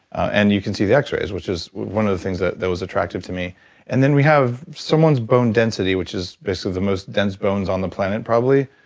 and you can see the x-rays which is one of the things that that was attractive to me and then we have someone's bone density which is basically the most dense bones on the planet probably.